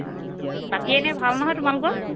অঁ বাকী এনেই ভাল নহয় তোমালোকৰ